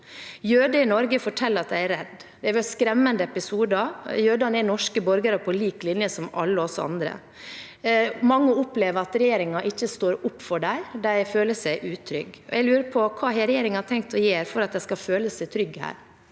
Jøder i Norge forteller at de er redde. Det har vært skremmende episoder. Jøder er norske borgere på lik linje med alle oss andre. Mange opplever at regjeringen ikke står opp for dem, og de føler seg utrygge. Jeg lurer på hva regjeringen har tenkt å gjøre for at de skal føle seg trygge her.